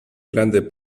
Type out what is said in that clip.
grande